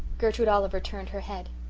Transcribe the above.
gertrude oliver turned her head.